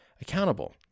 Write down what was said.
accountable